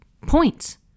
points